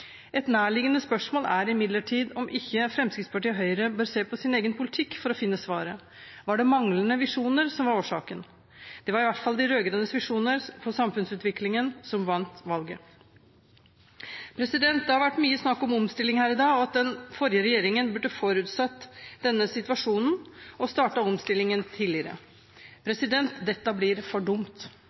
Et nærliggende spørsmål er imidlertid om ikke Fremskrittspartiet og Høyre bør se på sin egen politikk for å finne svaret. Var det manglende visjoner som var årsaken? Det var i hvert fall de rød-grønnes visjoner for samfunnsutviklingen som vant valget. Det har vært mye snakk om omstilling her i dag, og at den forrige regjeringen burde forutsatt denne situasjonen og startet omstillingen tidligere. Dette blir for dumt.